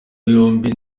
yombi